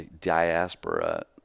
diaspora